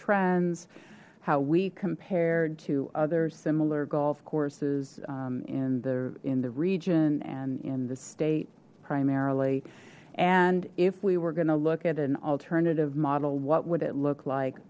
trends how we compared to other similar golf courses in the in the region and in the state primarily and if we were going to look at an alternative model what would it look like